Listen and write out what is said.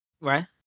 Right